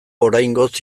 oraingoz